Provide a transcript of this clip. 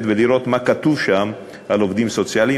ולראות מה כתוב שם על עובדים סוציאליים.